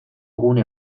gune